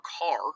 car